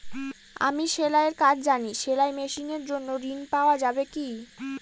আমি সেলাই এর কাজ জানি সেলাই মেশিনের জন্য ঋণ পাওয়া যাবে কি?